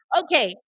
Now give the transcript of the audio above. okay